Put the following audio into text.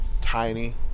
tiny